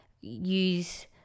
use